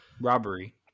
Robbery